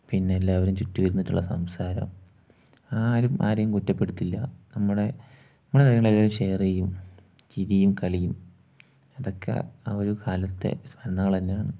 പിന്നെ എല്ലാവരും ചുറ്റും ഇരുന്നിട്ടുള്ള സംസാരം ആരും ആരെയും കുറ്റപ്പെടുത്തില്ല നമ്മുടെ നമ്മുടെ കാര്യങ്ങളെല്ലാരും ഷെയർ ചെയ്യും ചിരിയും കളിയും അതൊക്കെ ആ ഒരു കാലത്തെ സ്മരണകൾ തന്നെയാണ്